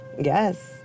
Yes